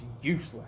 useless